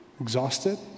exhausted